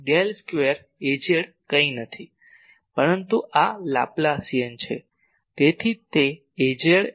del square Az કંઈ નથી પરંતુ આ લાપલાસીયન છે